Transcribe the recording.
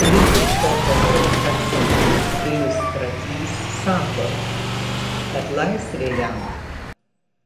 kriviu operoje tapsiantis vilius trakys sako kad laisvė jam